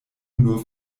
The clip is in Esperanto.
nur